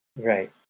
Right